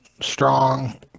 strong